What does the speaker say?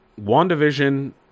WandaVision